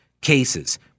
cases